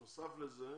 בנוסף לכך,